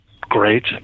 great